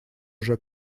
уже